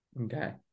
Okay